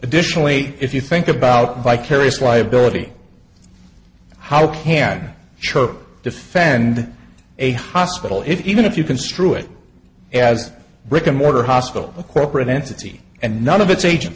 additionally if you think about vicarious liability how can choke defend a hospital if even if you construe it as a brick and mortar hospital a corporate entity and none of its agent